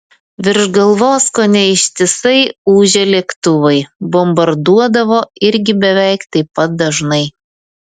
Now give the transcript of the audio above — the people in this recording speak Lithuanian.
virš galvos kone ištisai ūžė lėktuvai bombarduodavo irgi beveik taip pat dažnai